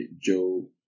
Joe